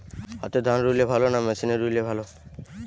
হাতে ধান রুইলে ভালো না মেশিনে রুইলে ভালো?